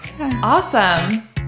Awesome